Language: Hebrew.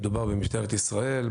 מדובר במשטרת ישראל,